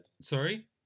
Sorry